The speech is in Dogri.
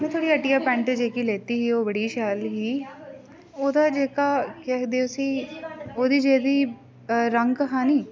में थुआढ़ी हट्टिया पैंट जेह्की लेती ही ओह् बड़ी शैल ही ओह्दा जेह्का केह् आखदे उसी ओह्दी जेह्दी रंग हा नी